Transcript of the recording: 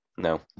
No